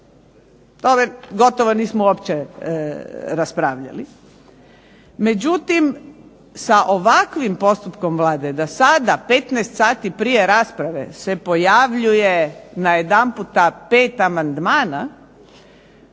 To gotovo nismo uopće raspravljali, međutim, sa ovakvim postupkom Vlade da sada 15 sati prije rasprave se pojavljuje pet amandmana,